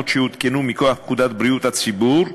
שהותקנו מכוח פקודת בריאות הציבור (מזון)